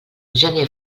gener